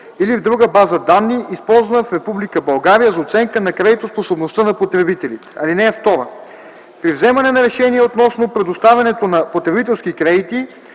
или в друга база данни, използвана в Република България за оценка на кредитоспособността на потребителите. (2) При вземане на решение относно предоставянето на потребителски кредити